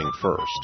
first